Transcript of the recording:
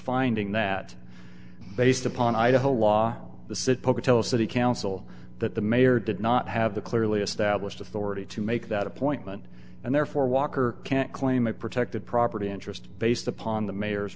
finding that based upon idaho law the sit pocatello city council that the mayor did not have the clearly established authority to make that appointment and therefore walker can't claim a protected property interest based upon the mayor's